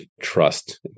trust